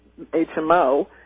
HMO